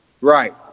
Right